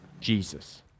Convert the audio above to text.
Jesus